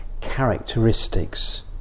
characteristics